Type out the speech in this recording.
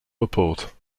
report